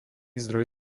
zdroj